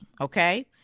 okay